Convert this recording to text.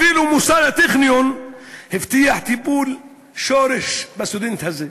אפילו מוסד הטכניון הבטיח "טיפול שורש" בסטודנט הזה,